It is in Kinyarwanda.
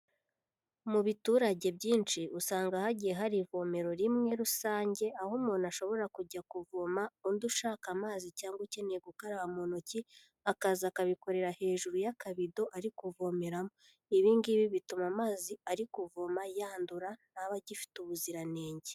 Mu biturage byinshi ,usanga hagiye hari ivomero rimwe rusange, aho umuntu ashobora kujya kuvoma, undi ushaka amazi cyangwa ukeneye gukaraba mu ntoki ,akaza akabikorera hejuru y'akabido ari kuvomeramo. Ibi ngibi bituma amazi ari kuvoma yandura, ntabe agifite ubuziranenge.